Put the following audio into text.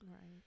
Right